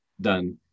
done